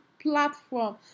platform